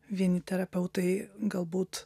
vieni terapeutai galbūt